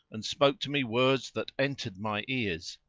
and spoke to me words that entered my ears.